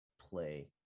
play